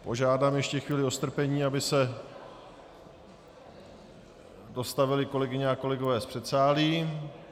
Požádám ještě o chvíli strpení, aby se dostavili kolegyně a kolegové z předsálí.